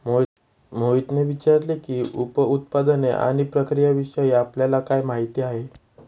मोहितने विचारले की, उप उत्पादने आणि प्रक्रियाविषयी आपल्याला काय माहिती आहे?